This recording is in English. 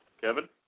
Kevin